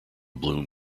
bloom